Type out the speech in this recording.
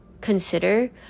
consider